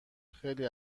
خیلی